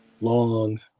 long